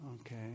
Okay